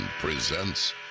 presents